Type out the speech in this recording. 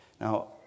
Now